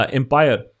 empire